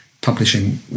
publishing